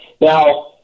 Now